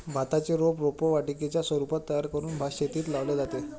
भाताचे रोप रोपवाटिकेच्या स्वरूपात तयार करून भातशेतीत लावले जाते